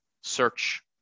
search